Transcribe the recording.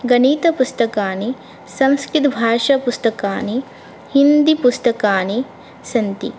गणितपुस्तकानि संस्कृतभाषापुस्तकानि हिन्दीपुस्तकानि सन्ति